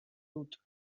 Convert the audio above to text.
dut